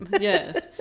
yes